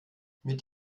mit